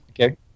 Okay